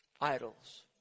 idols